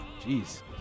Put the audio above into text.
Jeez